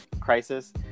crisis